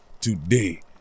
Today